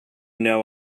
know